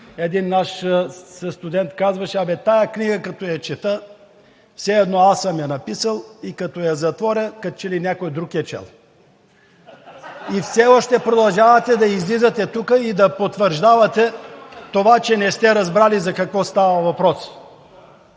един наш състудент казваше: „Абе тази книга, като я чета, все едно аз съм я написал. Като я затворя, като че ли някой друг е чел.“ (Смях.) И все още продължавате да излизате тук и да потвърждавате това, че не сте разбрали за какво става въпрос.